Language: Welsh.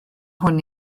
hwn